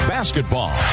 Basketball